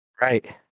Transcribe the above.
Right